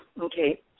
Okay